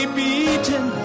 beaten